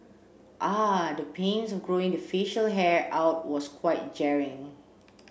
ah the pains of growing the facial hair out was quite jarring